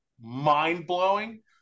mind-blowing